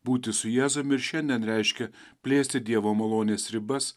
būti su jėzumi ir šiandien reiškia plėsti dievo malonės ribas